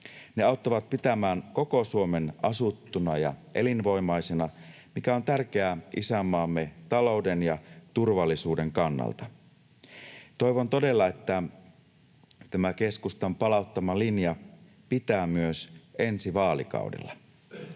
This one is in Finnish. Ne auttavat pitämään koko Suomen asuttuna ja elinvoimaisena, mikä on tärkeää isänmaamme talouden ja turvallisuuden kannalta. Toivon todella, että tämä keskustan palauttama linja pitää myös ensi vaalikaudella.